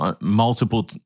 multiple